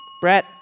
Brett